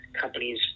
companies